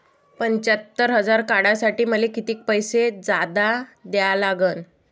पंच्यात्तर हजार काढासाठी मले कितीक पैसे जादा द्या लागन?